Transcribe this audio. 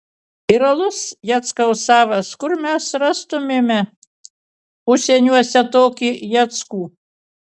ir alus jackaus savas kur mes rastumėme užsieniuose tokį jackų